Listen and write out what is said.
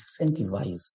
incentivize